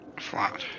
flat